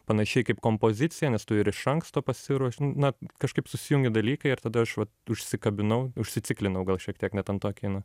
panašiai kaip kompozicija nes tu ir iš anksto pasiruoši na kažkaip susijungė dalykai ir tada aš va užsikabinau užsiciklinau gal šiek tiek net ant to kino